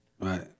Right